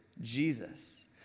Jesus